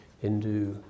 hindu